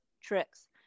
tricks